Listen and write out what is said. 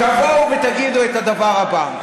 תבואו ותגידו את הדבר הבא: